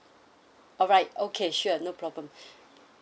alright okay sure no problem